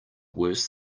worse